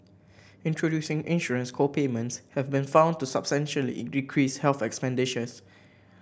introducing insurance co payments have been found to substantially decrease health expenditures